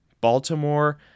Baltimore